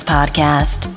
Podcast